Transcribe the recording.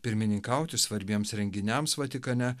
pirmininkauti svarbiems renginiams vatikane